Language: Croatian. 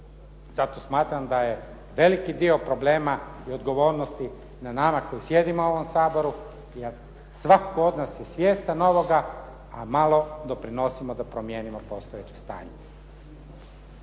Zato smatram da je veliki dio problema i odgovornosti na nama koji sjedimo u ovom Saboru i svatko od nas je svjestan ovoga, a malo doprinosimo da promijenimo postojeće stanje.